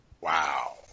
Wow